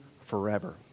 forever